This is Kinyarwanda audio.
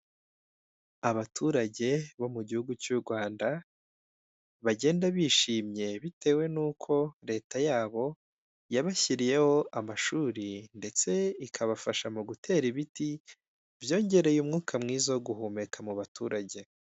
Abaturage bo mu gihugu cy'u Rwanda, bagenda bishimye bitewe n'uko leta yabo yabashyiriyeho amashuri, ndetse ikabafasha mu gutera ibiti, byongereye umwuka mwiza wo guhumeka mu baturage.